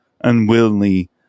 unwillingly